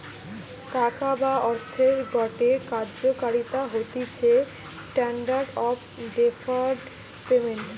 টাকা বা অর্থের গটে কার্যকারিতা হতিছে স্ট্যান্ডার্ড অফ ডেফার্ড পেমেন্ট